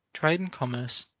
trade and commerce,